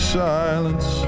silence